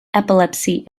epilepsy